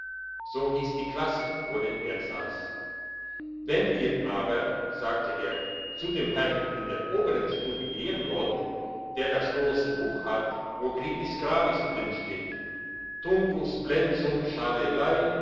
so hiess die klasse worin er sass wenn ihr aber sagte er zu dem herrn in der obern stube gehen wollt der das grosse buch hat wo gribis grabis drin steht tunkus